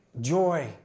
joy